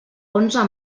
onze